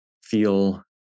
feel